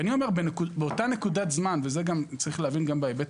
אני אומר שבאותה נקודת זמן ואת זה צריך להבין גם בהיבט